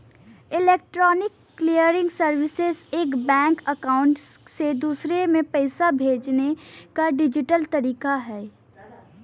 electronic clearing services एक bank account से दूसरे में पैसे भेजने का डिजिटल तरीका है